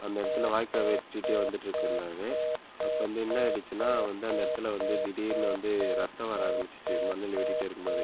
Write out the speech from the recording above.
அந்த இடத்தில் வாய்க்கால் வெட்டிகிட்டே வந்துட்ருக்க இருந்தாரு அப்போ வந்து என்ன ஆகிடுச்சுனா வந்து அந்த இடத்தில் வந்து திடீர்ன்னு வந்து ரத்தம் வர ஆரம்பிச்சிச்சு மண்ணில் வெட்டிகிட்டே இருக்கும் போதே